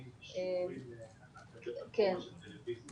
השלטון המקומי,